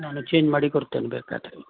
ನಾನು ಚೇಂಜ್ ಮಾಡಿ ಕೊಡ್ತೇನೆ ಬೇಕಾದರೆ